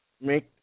make